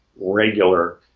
regular